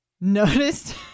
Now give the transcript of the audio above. Noticed